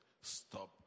stop